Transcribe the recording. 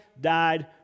died